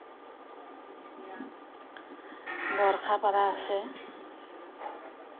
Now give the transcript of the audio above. বৰ্ষাপাৰা আছে